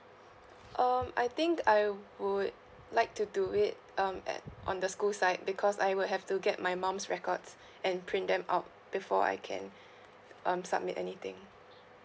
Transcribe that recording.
um I think I would like to do it um at on the school side because I will have to get my mom's records and print them out before I can um submit anything